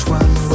one